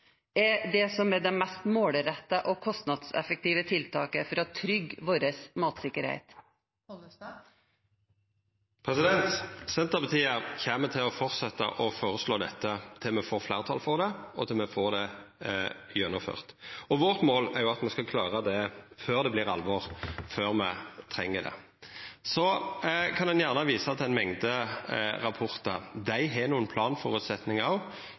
er det mest målrettede og kostnadseffektive tiltaket for å trygge matsikkerheten? Senterpartiet kjem til å fortsetja å føreslå dette til me får fleirtal for det, og til me får det gjennomført. Vårt mål er at me skal klara det før det vert alvor, før me treng det. Ein kan gjerne visa til ei mengde rapportar. Dei har